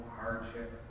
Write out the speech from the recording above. hardship